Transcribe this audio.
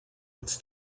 its